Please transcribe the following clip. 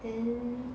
then